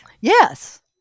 Yes